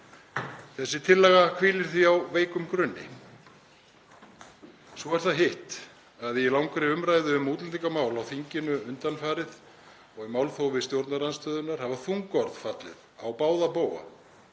Þessi tillaga hvílir því á veikum grunni. Svo er það hitt að í langri umræðu um útlendingamál á þinginu undanfarið og í málþófi stjórnarandstöðunnar hafa þung orð fallið á báða bóga